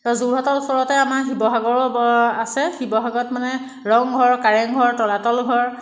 আৰু যোৰহাটৰ ওচৰতে আমাৰ শিৱসাগৰো আছে শিৱসাগৰত মানে ৰংঘৰ কাৰেংঘৰ তলাতল ঘৰ